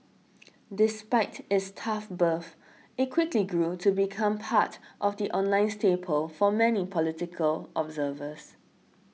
despite its tough birth it quickly grew to become part of the online staple for many political observers